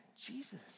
Jesus